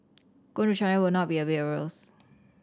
going to China will not be a bed of roses